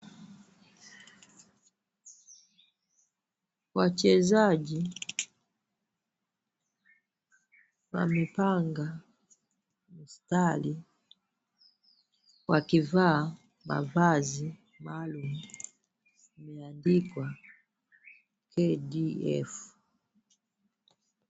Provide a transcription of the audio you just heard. Wachezaji wamepanga mstari wakivaa mavazi maalum imeandikwa KDF.